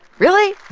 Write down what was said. really?